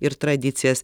ir tradicijas